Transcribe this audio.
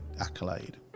accolade